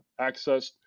accessed